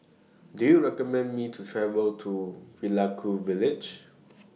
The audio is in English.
Do YOU recommend Me to travel to Vaiaku Village